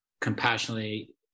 compassionately